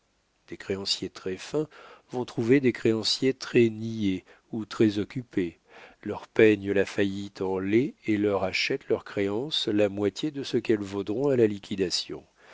des créanciers très fins vont trouver des créanciers très niais ou très occupés leur peignent la faillite en laid et leur achètent leurs créances la moitié de ce qu'elles vaudront à la liquidation